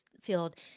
field